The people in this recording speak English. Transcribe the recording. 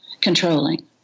controlling